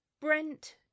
Brent